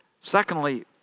Secondly